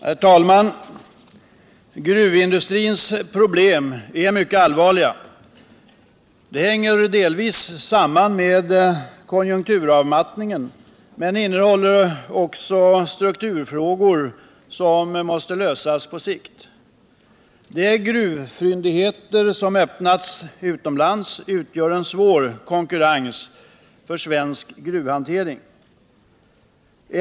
Herr talman! Gruvindustrins problem är mycket allvarliga. De hänger delvis samman med konjunkturavmattningen men innehåller också strukturfrågor som måste lösas på sikt. De gruvfyndigheter som har öppnats utomlands utgör en svår konkurrens för svensk gruvhantering.